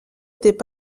étaient